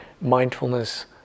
mindfulness